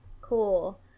Cool